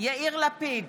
יאיר לפיד,